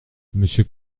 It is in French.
monsieur